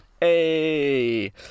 Hey